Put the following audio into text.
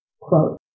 Quote